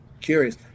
curious